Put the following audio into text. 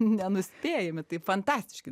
nenuspėjami tai fantastiški